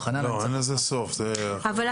לא, אין לזה סוף.